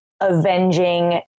avenging